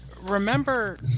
remember